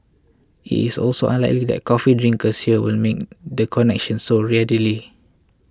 it is also unlikely that coffee drinkers here will the connection so readily